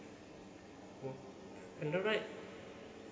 and then right